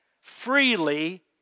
freely